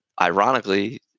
ironically